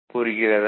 புரிகிறதா